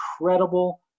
incredible